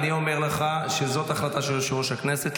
אני אומר לך שזאת החלטה של יו"ר הכנסת,